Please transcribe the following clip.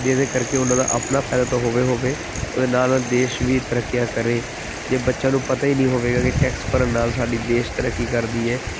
ਜਿਹਦੇ ਕਰਕੇ ਉਹਨਾਂ ਦਾ ਆਪਣਾ ਫਾਇਦਾ ਤਾਂ ਹੋਵੇ ਹੋਵੇ ਉਹਦੇ ਨਾਲ ਨਾਲ ਦੇਸ਼ ਵੀ ਤਰੱਕੀਆਂ ਕਰੇ ਜੇ ਬੱਚਿਆਂ ਨੂੰ ਪਤਾ ਹੀ ਨਹੀਂ ਹੋਵੇਗਾ ਕਿ ਟੈਕਸ ਭਰਨ ਨਾਲ ਸਾਡਾ ਦੇਸ਼ ਤਰੱਕੀ ਕਰਦੀ ਹੈ